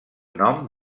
nom